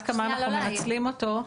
כמה אנחנו מנצלים אותו --- שנייה,